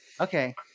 okay